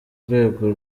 rwego